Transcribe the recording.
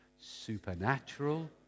Supernatural